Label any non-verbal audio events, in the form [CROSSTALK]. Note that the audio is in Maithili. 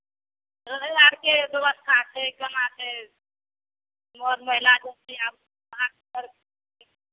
रहय आरके व्यवस्था छै केना छै मर महिला रुकतै आर [UNINTELLIGIBLE]